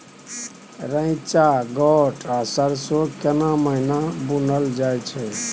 रेचा, गोट आ सरसो केना महिना बुनल जाय छै?